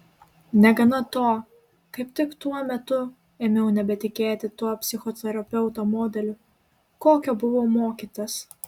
negana to kaip tik tuo metu ėmiau nebetikėti tuo psichoterapeuto modeliu kokio buvau mokytas